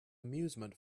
amusement